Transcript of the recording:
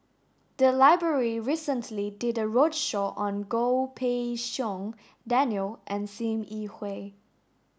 the library recently did a roadshow on Goh Pei Siong Daniel and Sim Yi Hui